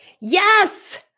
Yes